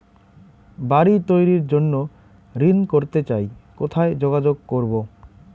বাড়ি তৈরির জন্য ঋণ করতে চাই কোথায় যোগাযোগ করবো?